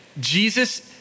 Jesus